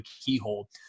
keyhole